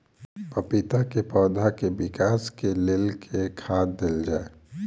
पपीता केँ पौधा केँ विकास केँ लेल केँ खाद देल जाए?